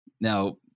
Now